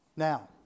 Now